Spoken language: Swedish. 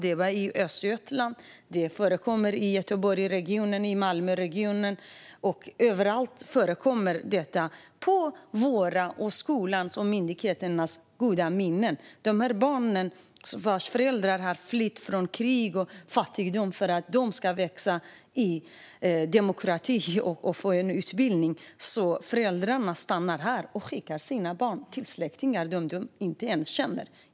Detsamma gäller Östergötland, och det förekommer i Göteborgsregionen och i Malmöregionen. Detta förekommer överallt - med vårt, skolornas och myndigheternas goda minne. Dessa barns föräldrar, som har flytt från krig och fattigdom för att barnen ska få växa upp i en demokrati och få en utbildning, stannar här och skickar sina barn till släktingar de inte ens känner.